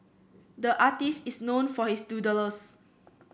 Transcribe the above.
the artist is known for his doodles